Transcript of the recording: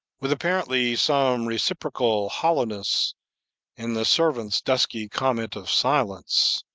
with apparently some reciprocal hollowness in the servant's dusky comment of silence,